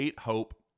Hope